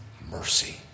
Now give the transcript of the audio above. mercy